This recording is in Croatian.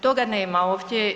Toga nema ovdje.